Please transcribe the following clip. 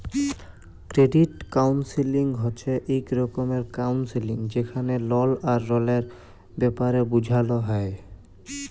credit counselling হছে ইক রকমের কাউল্সেলিং যেখালে লল আর ঋলের ব্যাপারে বুঝাল হ্যয়